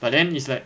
but then it's like